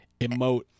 emote